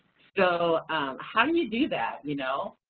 so how do you do that, you know?